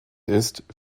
ist